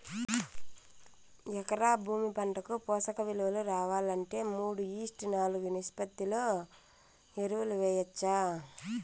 ఎకరా భూమి పంటకు పోషక విలువలు రావాలంటే మూడు ఈష్ట్ నాలుగు నిష్పత్తిలో ఎరువులు వేయచ్చా?